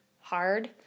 hard